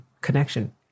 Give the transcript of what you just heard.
connection